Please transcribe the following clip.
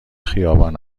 خیابان